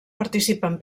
participen